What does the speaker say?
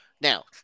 Now